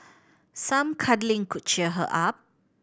some cuddling could cheer her up